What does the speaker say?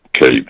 Kate